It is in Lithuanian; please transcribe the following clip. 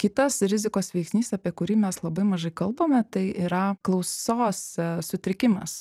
kitas rizikos veiksnys apie kurį mes labai mažai kalbame tai yra klausos sutrikimas